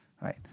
right